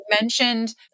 mentioned